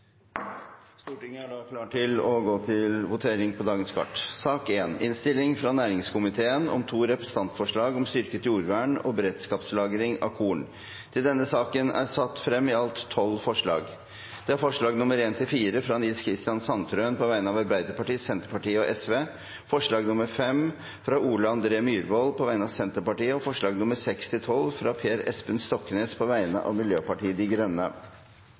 Stortinget er da klar til å gå til votering. Under debatten er det satt fram i alt 12 forslag. Det er forslagene nr. 1–4, fra Nils Kristen Sandtrøen på vegne av Arbeiderpartiet, Senterpartiet og Sosialistisk Venstreparti forslag nr. 5, fra Ole André Myhrvold på vegne av Senterpartiet forslagene nr. 6–12, fra Per Espen Stoknes på vegne av Miljøpartiet De Grønne